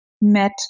met